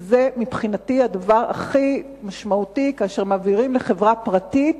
ומבחינתי זה הדבר הכי משמעותי כאשר מעבירים לחברה פרטית